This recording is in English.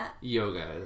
yoga